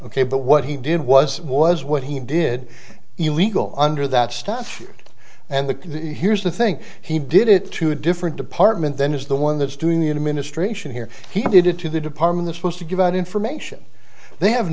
ok but what he did was was what he did illegal under that statute and the here's the thing he did it two different department then is the one that's doing the unit ministration here he did it to the department is supposed to give out information they have